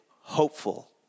hopeful